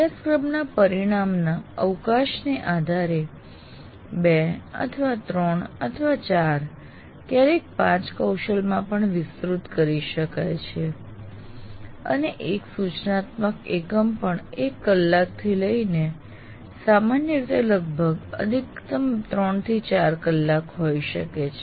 અભ્યાસક્રમના પરિણામના અવકાશના આધારે 2 અથવા 3 અથવા 4 ક્યારેક 5 કૌશલમાં પણ વિસ્તૃત કરી શકાય છે અને એક સૂચનાત્મક એકમ પણ 1 કલાકથી લઈને સામાન્ય રીતે લગભગ અધિકતમ 3 થી 4 કલાક હોઈ શકે છે